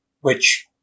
which-